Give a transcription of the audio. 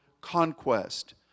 conquest